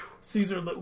Caesar